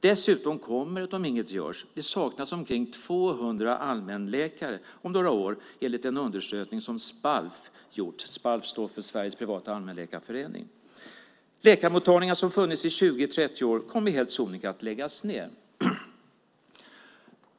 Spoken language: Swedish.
Dessutom kommer det om inget görs att saknas omkring 200 allmänläkare om några år, enligt en undersökning som Sveriges privata allmänläkarförening har gjort. Läkarmottagningar som har funnits i 20-30 år kommer helt sonika att läggas ned.